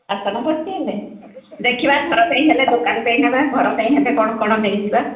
ଆସନ ପଡ଼ିଛି ହେଲେ ଦେଖିବା ଘର ପାଇଁ ହେଲେ ଦୋକାନ ପାଇଁ ନେବା ଘର ପାଇଁ ହେଲେ କ'ଣ କ'ଣ ନେଇଯିବା